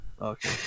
Okay